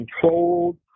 controlled